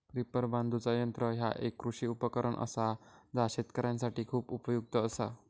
reaper बांधुचा यंत्र ह्या एक कृषी उपकरण असा जा शेतकऱ्यांसाठी खूप उपयुक्त असा